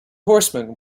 horsemen